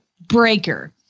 breaker